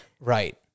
Right